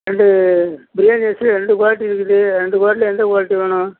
ரெண்டு பிரியாணி அரிசி ரெண்டு குவாலிட்டி இருக்குது ரெண்டு குவாலிட்டியில் எந்த குவாலிட்டி வேணும்